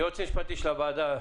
היועץ המשפטי של הוועדה,